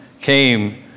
came